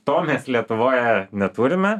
to mes lietuvoje neturime